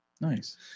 nice